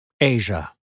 Asia